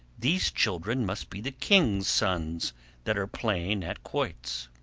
these children must be the king's sons that are playing at quoits!